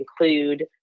include